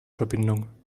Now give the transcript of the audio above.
verbindung